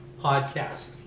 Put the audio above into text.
Podcast